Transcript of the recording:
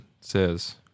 says